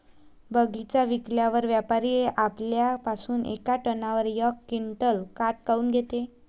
बगीचा विकल्यावर व्यापारी आपल्या पासुन येका टनावर यक क्विंटल काट काऊन घेते?